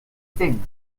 thing